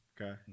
Okay